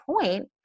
point